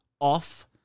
off